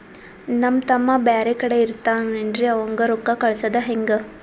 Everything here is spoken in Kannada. ನಮ್ ತಮ್ಮ ಬ್ಯಾರೆ ಕಡೆ ಇರತಾವೇನ್ರಿ ಅವಂಗ ರೋಕ್ಕ ಕಳಸದ ಹೆಂಗ?